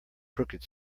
crooked